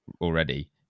already